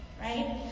Right